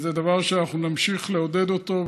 זה דבר שאנחנו נמשיך לעודד אותו,